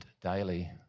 daily